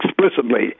explicitly